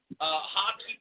Hockey